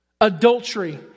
Adultery